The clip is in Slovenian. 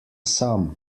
sam